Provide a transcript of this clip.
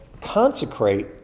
consecrate